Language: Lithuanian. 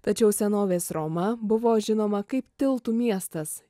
tačiau senovės roma buvo žinoma kaip tiltų miestas